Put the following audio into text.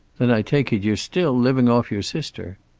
then i take it you're still living off your sister?